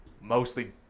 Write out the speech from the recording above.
mostly